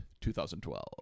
2012